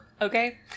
Okay